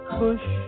push